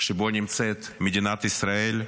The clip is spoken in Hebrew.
שבו נמצאת מדינת ישראל,